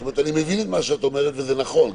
אני מבין את מה שאת אומרת וזה נכון,